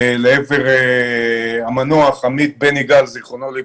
לעבר המנוח עמית בן יגאל ז"ל,